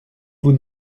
vous